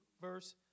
verse